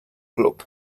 club